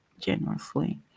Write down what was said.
generously